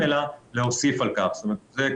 אם